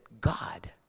God